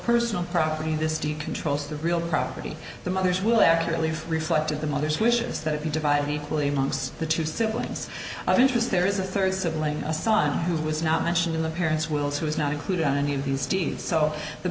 personal property this deep controls the real property the mother's will accurately reflected the mother's wishes that if you divide equally amongst the two siblings of interest there is a third sibling a son who was not mentioned in the parent's wills who was not included in any of these deeds so the